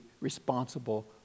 responsible